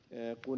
pulliaiseen